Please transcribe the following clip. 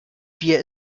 wir